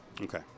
Okay